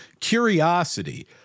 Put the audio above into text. curiosity